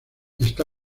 está